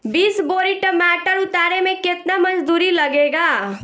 बीस बोरी टमाटर उतारे मे केतना मजदुरी लगेगा?